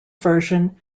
version